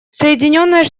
соединенные